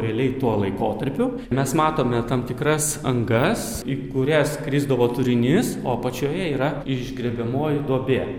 realiai tuo laikotarpiu mes matome tam tikras angas į kurias krisdavo turinys o apačioje yra išgriebiamoji duobė